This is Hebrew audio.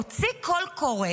הוציא קול קורא